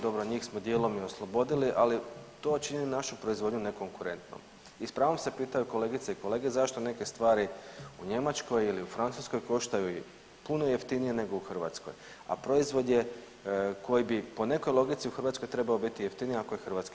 Dobro njih smo dijelom i oslobodili, ali to čini našu proizvodnju nekonkurentnom i s pravom se pitaju kolegice i kolege zašto neke stvari u Njemačkoj ili u Francuskoj koštaju puno jeftinije nego u Hrvatskoj, a proizvod je koji bi po nekoj logici u Hrvatskoj trebao biti jeftiniji ako je hrvatski proizvod.